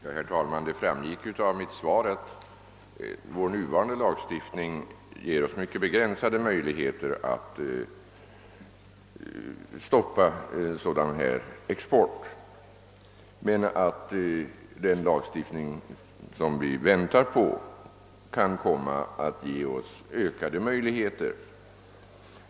Herr talman! Av mitt svar framgick att vår nuvarande lagstiftning ger oss mycket begränsade möjligheter att stoppa sådan här export men att den lagstiftning vi väntar på kan komma att öka dessa möjligheter.